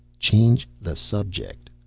change the subject.